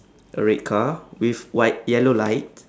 a red car with white yellow light